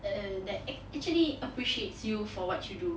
err that actually appreciates you for what you do